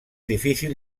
difícil